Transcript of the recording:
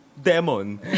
demon